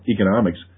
economics